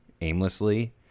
aimlessly